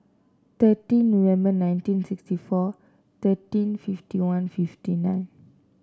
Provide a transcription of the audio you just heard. thirteen November nineteen sixty four thirteen fifty one fifty nine